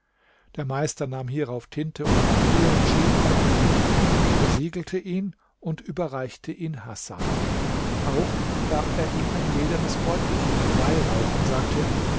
der meister nahm hierauf tinte und papier und schrieb einen brief versiegelte ihn und überreichte ihn hasan auch gab er ihm ein ledernes beutelchen mit weihrauch und sagte